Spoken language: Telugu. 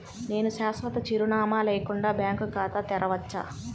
నేను శాశ్వత చిరునామా లేకుండా బ్యాంక్ ఖాతా తెరవచ్చా?